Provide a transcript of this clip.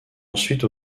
ensuite